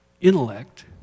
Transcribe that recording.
intellect